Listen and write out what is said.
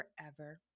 forever